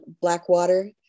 blackwater